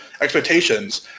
expectations